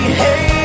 hey